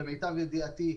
למיטב ידיעתי,